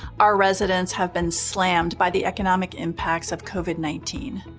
our residents have been slammed by the economic impacts of covid nineteen.